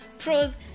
Pros